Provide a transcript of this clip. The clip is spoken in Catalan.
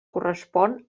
correspon